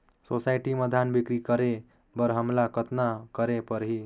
Society म धान बिक्री करे बर हमला कतना करे परही?